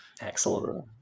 Excellent